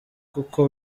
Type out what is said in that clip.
kuko